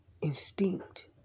instinct